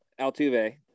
Altuve